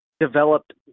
developed